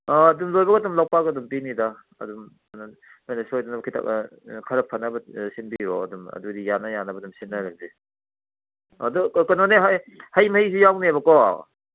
ꯑ ꯑꯗꯨꯝ ꯂꯣꯏꯕꯒ ꯑꯗꯨꯝ ꯂꯧꯄꯥꯛꯇ ꯑꯗꯨꯝ ꯄꯤꯅꯤꯗ ꯑꯗꯨꯝ ꯟꯣꯏꯅ ꯁꯣꯏꯗꯅꯕ ꯈꯤꯇꯪ ꯈꯔ ꯐꯅꯕ ꯁꯤꯟꯕꯤꯔꯛꯑꯣ ꯑꯗꯨꯝ ꯑꯗꯨꯗꯤ ꯌꯥꯅ ꯌꯥꯅꯕ ꯑꯗꯨꯝ ꯁꯤꯟꯅꯔꯁꯤ ꯑꯗꯨ ꯀꯩꯅꯣꯅꯦ ꯍꯩ ꯃꯍꯤꯁꯤ ꯌꯥꯎꯅꯦꯕꯀꯣ